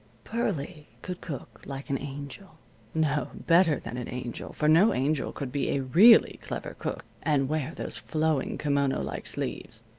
pearlie could cook like an angel no, better than an angel, for no angel could be a really clever cook and wear those flowing kimono-like sleeves.